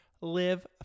Live